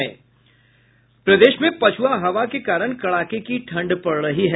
प्रदेश में पछुआ हवा के कारण कड़ाके की ठंड पड़ रही है